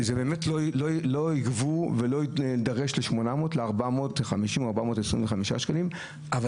שלא ייגבו ולא יידרש 800 או 450 או 425 שקלים.